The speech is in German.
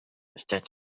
statt